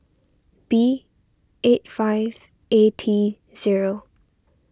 B eight five A T zero